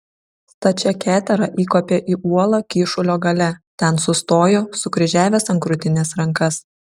stačia ketera įkopė į uolą kyšulio gale ten sustojo sukryžiavęs ant krūtinės rankas